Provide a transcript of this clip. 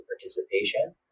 participation